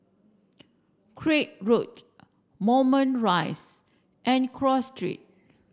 Craig Road Moulmein Rise and Cross Street